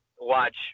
watch